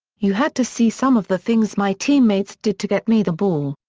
you had to see some of the things my teammates did to get me the ball.